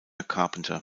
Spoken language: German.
carpenter